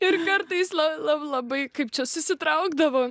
ir kartais la la labai kaip čia susitraukdavo